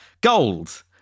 Gold